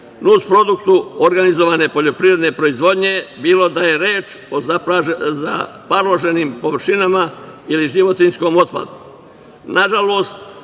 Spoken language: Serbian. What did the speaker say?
nusproduktu organizovane poljoprivredne proizvodnje, bilo da je reč o zaparloženim površinama ili životinjskom